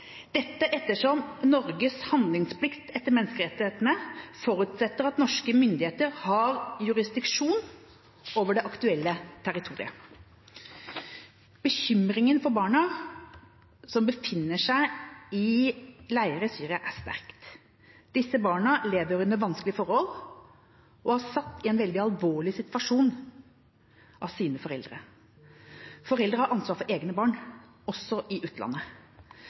dette ettersom Norges handlingsplikt etter menneskerettighetene forutsetter at norske myndigheter har jurisdiksjon over det aktuelle territoriet. Bekymringen for barna som befinner seg i leirer i Syria, er sterk. Disse barna lever under vanskelige forhold og er satt i en veldig alvorlig situasjon av sine foreldre. Foreldre har ansvaret for egne barn også i utlandet.